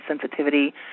sensitivity